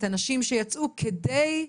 את הנשים שיצאו מהמקלטים כדי,